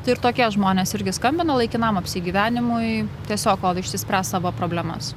tai ir tokie žmonės irgi skambina laikinam apsigyvenimui tiesiog kol išsispręs savo problemas